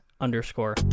underscore